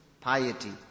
piety